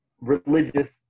religious